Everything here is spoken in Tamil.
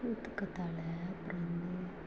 சோத்துக்கற்றாழ அப்புறம் வந்து